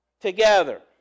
together